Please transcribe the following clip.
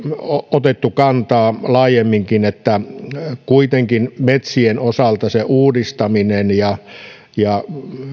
otettu kantaa laajemminkin että kuitenkin metsien osalta se uudistaminen ja ja